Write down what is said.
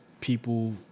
people